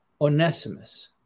Onesimus